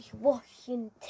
washington